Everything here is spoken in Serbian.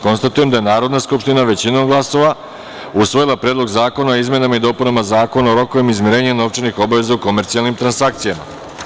Konstatujem da je Narodna skupština većinom glasova usvojila Predlog zakona o izmenama i dopunama Zakona o rokovima izmirenja novčanih obaveza u komercijalnim transakcijama.